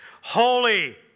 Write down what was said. holy